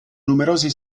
numerosi